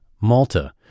Malta